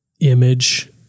image